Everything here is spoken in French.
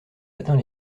atteint